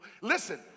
Listen